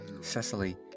Cecily